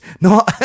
No